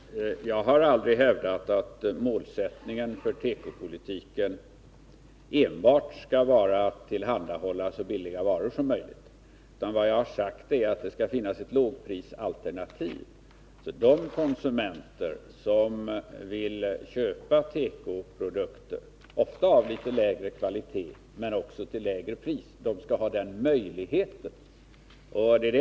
Fru talman! Låt mig först säga att jag har aldrig hävdat att målsättningen för tekopolitiken enbart skall vara att tillhandahålla så billiga varor som möjligt. Vad jag har sagt är att det skall finnas ett lågprisalternativ. De konsumenter som vill köpa tekoprodukter — ofta av litet lägre kvalitet — till lägre pris, skall ha den möjligheten.